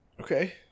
Okay